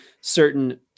certain